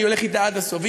אני הולך אתה עד הסוף.